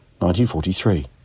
1943